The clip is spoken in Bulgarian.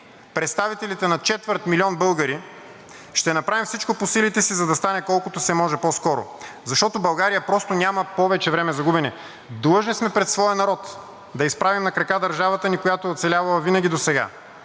представителите на четвърт милион българи, ще направим всичко по силите си, за да стане колкото се може по-скоро. Защото България просто няма повече време за губене. Длъжни сме пред своя народ да изправим на крака държавата ни, която е оцелявала винаги досега.